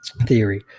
theory